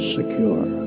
secure